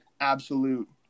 absolute